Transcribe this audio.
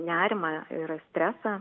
nerimą ir stresą